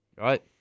Right